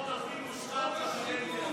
החוק הכי מושחת בקדנציה.